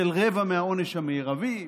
של רבע מהעונש המרבי,